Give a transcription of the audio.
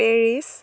Paris